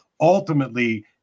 ultimately